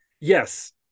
yes